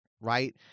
right